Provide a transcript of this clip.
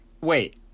Wait